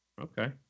Okay